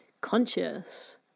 conscious